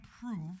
prove